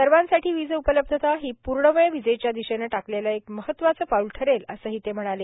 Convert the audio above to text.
सर्वांसाठी वीज उपलब्धता ही पूर्णवेळ वीजेच्या दिशेने टाकलेले एक महत्वाचे पाऊल ठरेल असेही ते म्हणाले